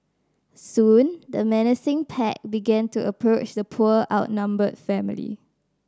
soon the menacing pack began to approach the poor outnumbered family